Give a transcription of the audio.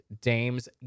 Dame's